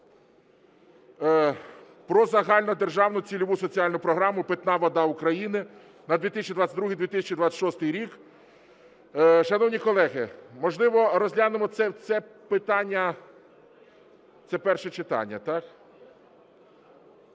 про Загальнодержавну цільову соціальну програму "Питна вода України" на 2022 – 2026 роки. Шановні колеги, можливо, розглянемо це питання, це перше читання, так?